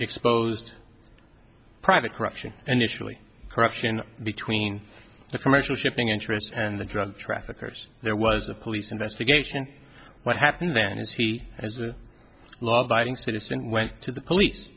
exposed private corruption and it's really corruption between the commercial shipping interests and the drug traffickers there was a police investigation what happened then is he as a law abiding citizen went to the police